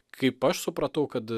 kaip aš supratau kad